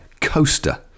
coaster